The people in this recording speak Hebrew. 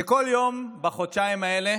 וכל יום בחודשיים האלה